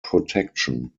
protection